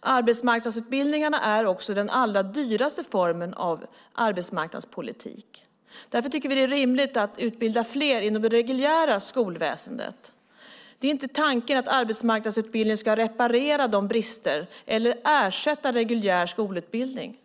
Arbetsmarknadsutbildningarna är den allra dyraste formen av arbetsmarknadspolitik. Därför tycker vi att det är rimligt att utbilda fler inom det reguljära skolväsendet. Tanken är inte att arbetsmarknadsutbildningen ska reparera brister eller ersätta reguljär skolutbildning.